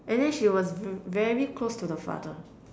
and then she was v~ very close to the father